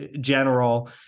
general